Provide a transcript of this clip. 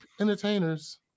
entertainers